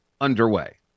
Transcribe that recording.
underway